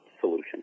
solution